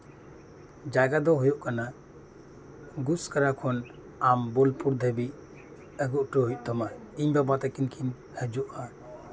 ᱡᱟᱭᱜᱟ ᱫᱚ ᱦᱩᱭᱩᱜ ᱠᱟᱱᱟ ᱜᱩᱥᱠᱚᱨᱟ ᱠᱷᱚᱱ ᱟᱢ ᱵᱳᱞᱯᱩᱨ ᱦᱟᱹᱵᱤᱡ ᱟᱹᱜᱩ ᱦᱚᱴᱚ ᱦᱩᱭᱩᱜ ᱛᱟᱢᱟ ᱤᱧ ᱵᱟᱵᱟ ᱛᱟᱹᱠᱤᱱ ᱠᱤᱱ ᱦᱤᱡᱩᱜᱼᱟ